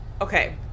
okay